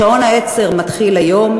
שעון העצר מתחיל לפעול היום,